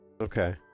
Okay